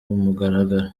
mugaragaro